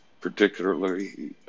particularly